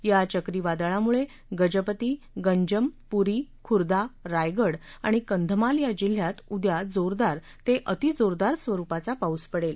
या चक्रीवादळामुळे गजपती गंजाम पुरी खुर्दा रायगढ़ आणि कंधमाल या जिल्ह्यात उद्या जोरदार ते अतिजोरदार स्वरुपाचा पाऊस पडेल